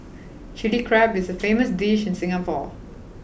Chilli Crab is a famous dish in Singapore